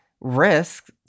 risks